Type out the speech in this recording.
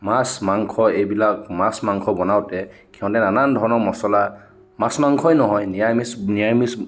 মাছ মাংস এইবিলাক মাছ মাংস বনাওঁতে সিহঁতে নানান ধৰণৰ মছলা মাছ মাংসই নহয় নিৰামিষ